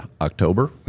October